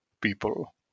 people